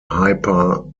hyper